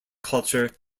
culture